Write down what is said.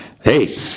hey